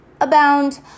abound